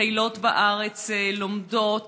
מטיילות בארץ, לומדות.